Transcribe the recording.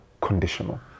conditional